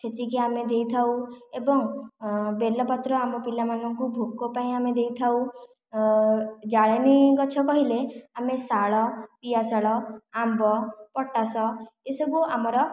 ଛେଚିକି ଆମେ ଦେଇଥାଉ ଏବଂ ବେଲପତ୍ର ଆମ ପିଲାମାନଙ୍କୁ ଭୋକ ପାଇଁ ଆମେ ଦେଇଥାଉ ଜାଳେଣି ଗଛ କହିଲେ ଆମେ ଶାଳ ପିଆଶାଳ ଆମ୍ବ ପଟାସ ଏସବୁ ଆମର